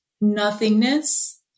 nothingness